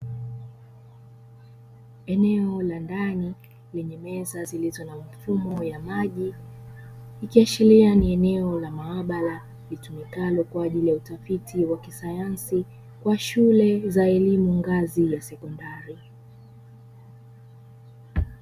Eneo la ndani lenye meza zilizo na mfumo ya maji. Ikiashiria ni eneo la maabara itumikalo kwa ajili ya utafiti wa kisayansi, kwa shule za elimu ngazi za sekondari.